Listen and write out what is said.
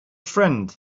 friend